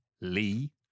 Lee